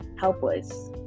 helpless